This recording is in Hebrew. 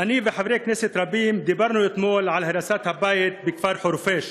אני וחברי כנסת רבים דיברנו אתמול על הריסת הבית בכפר חורפיש.